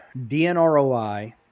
DNROI